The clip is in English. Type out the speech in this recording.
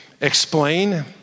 explain